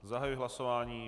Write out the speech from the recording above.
Zahajuji hlasování.